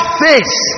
face